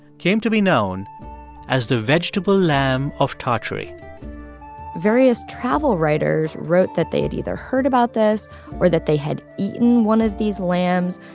came to be known as the vegetable lamb of tartary various travel writers wrote that they had either heard about this or that they had eaten one of these lambs.